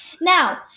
Now